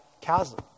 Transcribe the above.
chasm